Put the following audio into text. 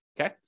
Okay